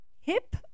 hip